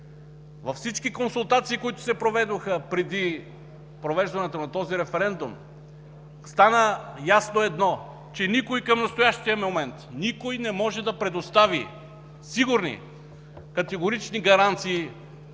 Във всички консултации, които се проведоха преди провеждането на този референдум, стана ясно едно – че никой към настоящия момент, никой не може да предостави сигурни, категорични гаранции